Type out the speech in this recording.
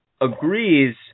agrees